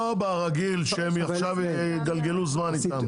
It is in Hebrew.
לא ברגיל שעכשיו יגלגלו זמן איתם.